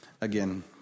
again